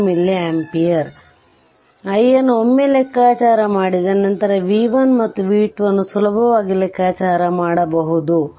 ಆದ್ದರಿಂದ i ಅನ್ನು ಒಮ್ಮೆ ಲೆಕ್ಕಾಚಾರ ಮಾಡಿದರೆ ನಂತರ b 1 ಮತ್ತು b 2 ಅನ್ನು ಸುಲಭವಾಗಿ ಲೆಕ್ಕಾಚಾರ ಮಾಡಬಹುದು